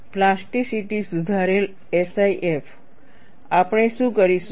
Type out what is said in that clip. plasticity સુધારેલ SIF આપણે શું કરીશું